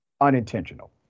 unintentional